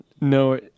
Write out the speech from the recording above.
No